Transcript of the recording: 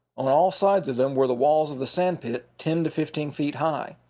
on all sides of them were the walls of the sand pit, ten to fifteen feet high.